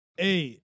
Eight